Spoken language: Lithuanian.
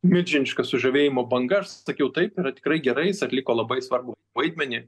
milžiniška sužavėjimo banga aš sakiau taip yra tikrai gerai jis atliko labai svarbų vaidmenį